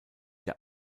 der